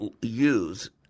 use